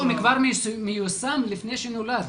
כבר מיושם לפני שנולד.